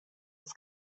das